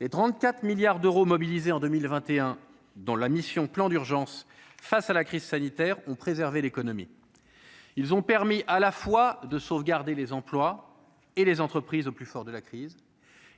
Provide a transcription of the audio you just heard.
les 34 milliards d'euros mobilisés en 2021 dans la mission plan d'urgence face à la crise sanitaire ont préservé l'économie, ils ont permis à la fois de sauvegarder les emplois et les entreprises, au plus fort de la crise